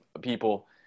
people